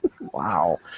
Wow